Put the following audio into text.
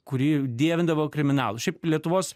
kuri dievindavo kriminalus šiaip lietuvos